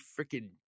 freaking